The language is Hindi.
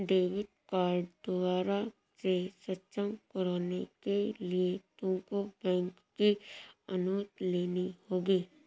डेबिट कार्ड दोबारा से सक्षम कराने के लिए तुमको बैंक की अनुमति लेनी होगी